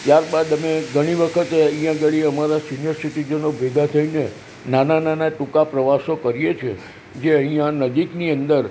ત્યારબાદ અમે ઘણી વખતે અહીંયા આગળ અમારા સિનિયર સિટીઝનો ભેગા થઈને નાના નાના ટૂંકા પ્રવાસો કરીએ છે જે અહીંયા નજીકની અંદર